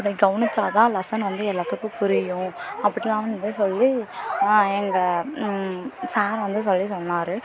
அப்படி கவனித்தா தான் லெஸன் வந்து எல்லாத்துக்கும் புரியும் அப்படிலாம் வந்து சொல்லி எங்கள் சார் வந்து சொல்லி சொன்னார்